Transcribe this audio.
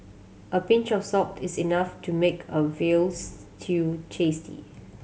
a pinch of salt is enough to make a veal stew tasty